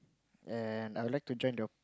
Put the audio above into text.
and I would like to join the